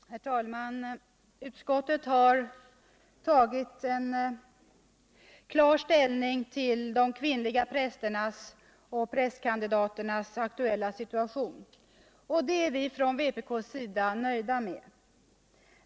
Herr talman! Utskottet har tagit klar ställning till de kvinnliga prästernas och prästkandidaternas aktuella situation. Det är vi från vpk:s sida nöjda med.